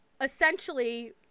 essentially